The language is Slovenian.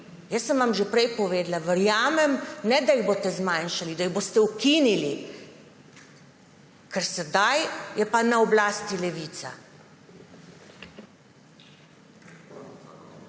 jaz sem vam že prej povedala, verjamem, ne, da jih boste zmanjšali, da jih boste ukinili, ker sedaj je pa na oblasti Levica.